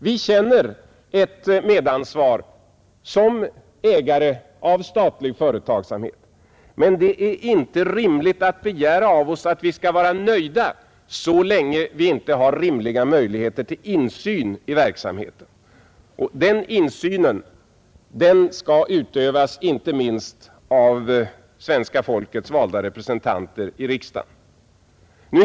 Vi känner ett medansvar som ägare av statlig företagsamhet, men det är inte rimligt att begära av oss att vi skall vara nöjda så länge vi inte har riktiga 37 möjligheter till insyn i verksamheten, och den insynen skall utövas inte minst av svenska folkets valda representanter i riksdagen.